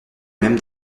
même